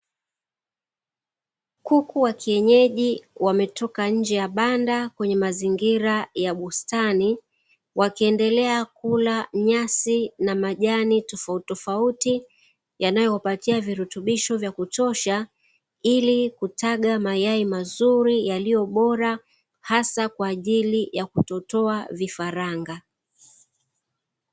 Kuku wa kienyeji wametoka nje ya banda kwenye mazingira ya bustani wakiendelea kula nyasi na majani tofautitofauti yanayowapatia virutubisho vya kutosha ili kutaga mayai mazuri yaliyo bora hasa kwa ajili ya kutotoa vifaranga.